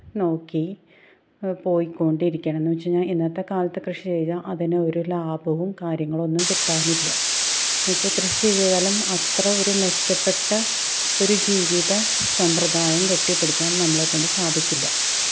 നോക്കി പോയിക്കൊണ്ടിരിക്കണമെന്ന് വെച്ചു കഴിഞ്ഞാൽ ഇന്നത്തെക്കാലത്ത് കൃഷി ചെയ്താൽ അതിനൊരു ലാഭവും കാര്യങ്ങളും ഒന്നും കിട്ടാനില്ല എന്നു വെച്ചാൽ കൃഷി ചെയ്താലും അത്ര ഒരു മെച്ചപ്പെട്ട ഒരു ജീവിത സമ്പ്രദായം കെട്ടിപ്പിടിക്കാന് നമ്മളെക്കൊണ്ട് സാധിക്കില്ല